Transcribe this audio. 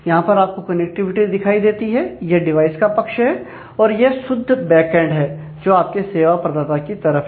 यहां पर आपको कनेक्टिविटी दिखाई देती है यह डिवाइस का पक्ष है और यह शुद्ध बैकऐंड है जो आपके सेवा प्रदाता की तरफ है